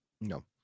No